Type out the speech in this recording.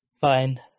Fine